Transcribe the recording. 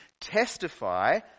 testify